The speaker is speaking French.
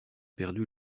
perdu